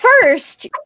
first